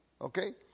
okay